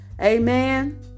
Amen